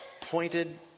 pointed